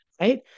Right